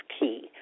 key